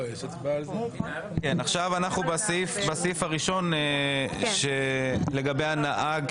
עכשיו בסעיף הראשון לגבי הנהג.